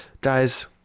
guys